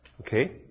Okay